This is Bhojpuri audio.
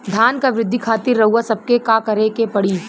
धान क वृद्धि खातिर रउआ सबके का करे के पड़ी?